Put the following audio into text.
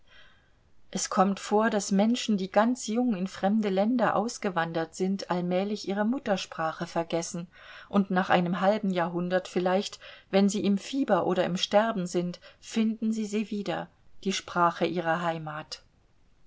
es kommt vor daß menschen die ganz jung in fremde länder ausgewandert sind allmählich ihre muttersprache vergessen und nach einem halben jahrhundert vielleicht wenn sie im fieber oder im sterben sind finden sie sie wieder die sprache ihrer heimat